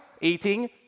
Eating